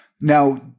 now